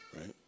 right